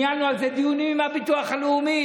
ניהלנו על זה דיונים עם הביטוח הלאומי.